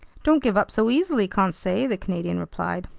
don't give up so easily, conseil, the canadian replied.